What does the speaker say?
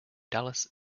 dallas